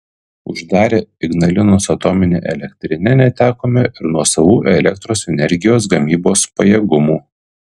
uždarę ignalinos atominę elektrinę netekome ir nuosavų elektros energijos gamybos pajėgumų